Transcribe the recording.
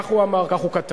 כך הוא אמר, כך הוא כתב.